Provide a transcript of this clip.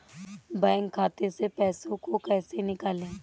Bank खाते से पैसे को कैसे निकालें?